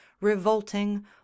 revolting